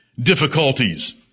difficulties